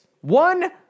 One